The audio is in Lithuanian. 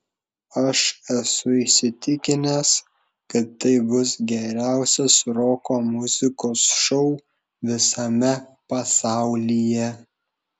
aš esu įsitikinęs kad tai bus geriausias roko muzikos šou visame pasaulyje